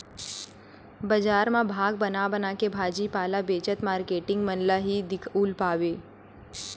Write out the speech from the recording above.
बजार म भाग बना बनाके भाजी पाला बेचत मारकेटिंग मन ल ही दिखउल पाबे